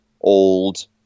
old